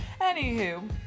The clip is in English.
Anywho